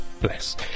Bless